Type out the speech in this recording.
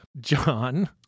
John